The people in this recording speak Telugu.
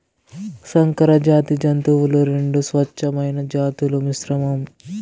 సంకరజాతి జంతువులు రెండు స్వచ్ఛమైన జాతుల మిశ్రమం